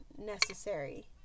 necessary